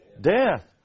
Death